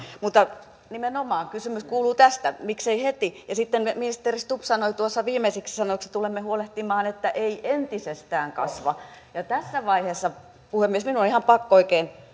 mutta nimenomaan kysymys kuuluu miksei heti ja sitten ministeri stubb sanoi tuossa viimeisiksi sanoiksi että tulemme huolehtimaan että ei entisestään kasva tässä vaiheessa puhemies minun on ihan pakko oikein